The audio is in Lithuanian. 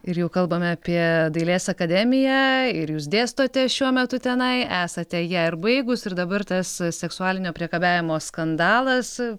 ir jau kalbame apie dailės akademiją ir jūs dėstote šiuo metu tenai esate ją ir baigus ir dabar tas seksualinio priekabiavimo skandalas